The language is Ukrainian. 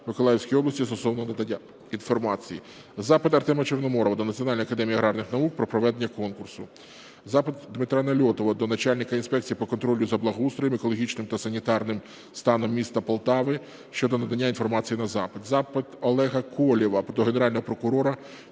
Миколаївській області стосовно надання інформації. Запит Артема Чорноморова до Національної академії аграрних наук про проведення конкурсу. Запит Дмитра Нальотова до начальника Інспекції по контролю за благоустроєм, екологічним та санітарним станом міста Полтави щодо надання інформації на запит. Запит Олега Колєва до Генерального прокурора